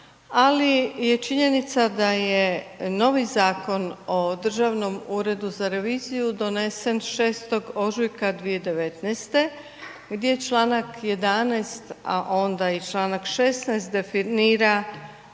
ali je činjenica da je novi Zakon o državnom uredu za reviziju donesen 6. ožujka 2019. gdje čl. 11., a onda i čl. 16. definira